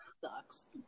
Sucks